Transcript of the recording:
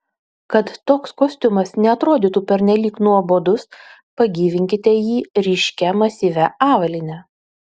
kad toks kostiumas neatrodytų pernelyg nuobodus pagyvinkite jį ryškia masyvia avalyne